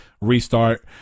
restart